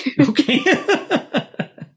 Okay